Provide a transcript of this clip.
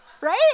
Right